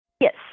Yes